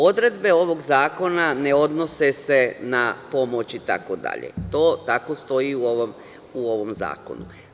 Odredbe ovog zakona ne odnose se na pomoć i tako dalje, tako stoji u ovom zakonu.